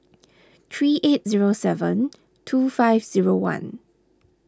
three eight zero seven two five zero one